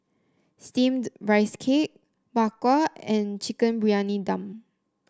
steamed Rice Cake Bak Kwa and Chicken Briyani Dum